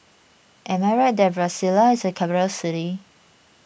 am I right that Brasilia is a capital city